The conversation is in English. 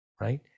right